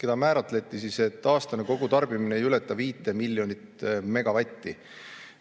keda määratleti nii, et aastane kogutarbimine ei ületa 5 miljonit megavatti.